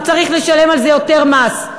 הוא צריך לשלם על זה יותר מס,